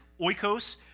oikos